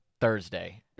Thursday